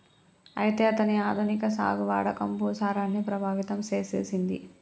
అయితే అతని ఆధునిక సాగు వాడకం భూసారాన్ని ప్రభావితం సేసెసింది